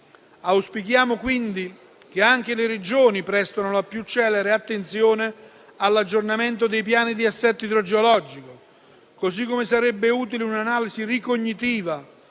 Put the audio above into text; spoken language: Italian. Auspichiamo quindi che anche le Regioni prestino la più celebre attenzione all'aggiornamento dei piani di assetto idrogeologico, così come sarebbe utile un'analisi ricognitiva